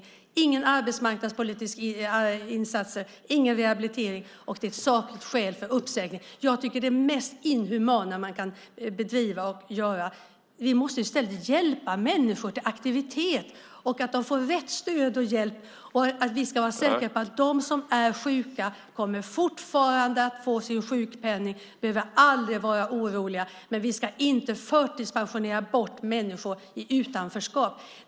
Det blir inga arbetsmarknadspolitiska åtgärder, ingen rehabilitering, och det är ett sakligt skäl för uppsägning. Jag tycker att det är det mest inhumana man kan göra. Vi måste i stället hjälpa människor till aktivitet och se till att de får rätt stöd och hjälp. Vi ska vara säkra på att de som är sjuka fortfarande kommer att få sin sjukpenning. Det behöver vi aldrig vara oroliga för. Men vi ska inte förtidspensionera bort människor i utanförskap.